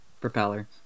Propeller